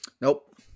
Nope